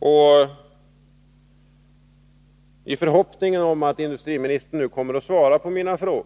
169 I förhoppningen om att industriministern nu kommer att svara på mina frågor